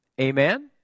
Amen